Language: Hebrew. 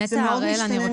זה מאוד משתנה ממקום למקום.